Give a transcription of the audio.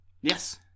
Yes